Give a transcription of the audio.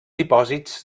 dipòsits